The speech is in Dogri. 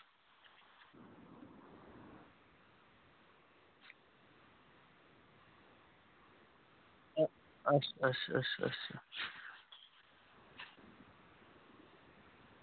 अच्छा अच्छा अच्छा